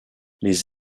les